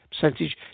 percentage